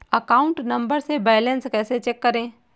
Account number से balance कैसे check करें?